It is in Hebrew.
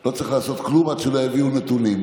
לא צריך לעשות כלום עד שלא יביאו נתונים.